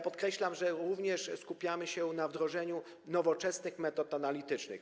Podkreślam, że również skupiamy się na wdrożeniu nowoczesnych metod analitycznych.